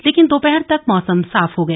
लेकिन दोपहर तक मौसम साफ हो गया